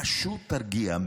פשוט תרגיע.